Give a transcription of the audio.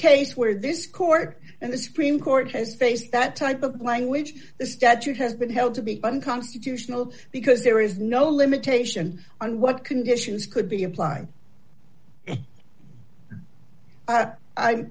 case where this court and the supreme court has faced that type of language the statute has been held to be unconstitutional because there is no limitation on what conditions could be applied